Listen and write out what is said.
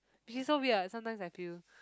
which is so weird sometimes I feel